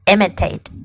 Imitate